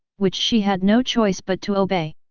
which she had no choice but to obey.